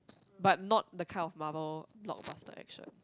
but not the kind of Marvel blockbuster action